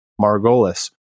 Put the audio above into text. Margolis